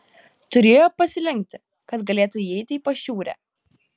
turėjo pasilenkti kad galėtų įeiti į pašiūrę